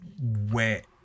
wet